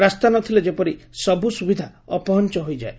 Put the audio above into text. ରାସ୍ତା ନ ଥିଲେ ଯେପରି ସବୁ ସୁବିଧା ଅପହଞ ହୋଇଯାଏ